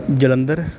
Jalandhar